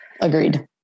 agreed